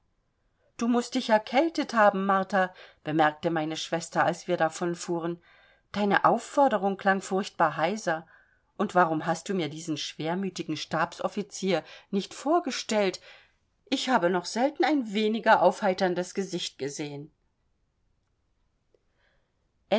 du mußt dich erkältet haben martha bemerkte meine schwester als wir davonfuhren deine aufforderung klang furchtbar heiser und warum hast du mir diesen schwermütigen stabsoffizier nicht vorgestellt ich habe noch selten ein weniger aufheiterndes gesicht gesehen